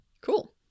Cool